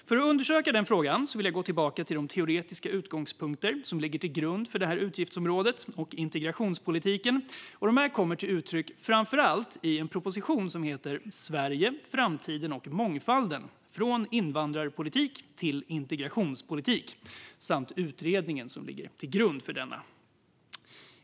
För att undersöka detta vill jag gå tillbaka till de teoretiska utgångspunkter som ligger till grund för utgiftsområdet och integrationspolitiken. De kommer till uttryck i framför allt en proposition som heter Sverige, framtiden och mångfalden - från invandrarpolitik till integrationspolitik samt den utredning som låg till grund för denna.